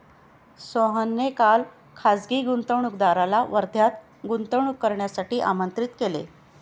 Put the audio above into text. सोहनने काल खासगी गुंतवणूकदाराला वर्ध्यात गुंतवणूक करण्यासाठी आमंत्रित केले